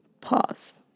Pause